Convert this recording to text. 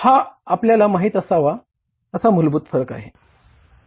तर हा आपल्याला माहित असावा असा मूलभूत फरक आहे